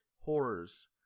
horrors